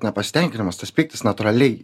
nepasitenkinimas tas pyktis natūraliai